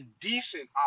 decent